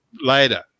later